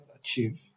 achieve